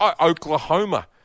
Oklahoma